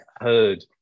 heard